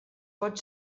pot